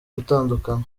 gutandukana